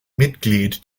mitglied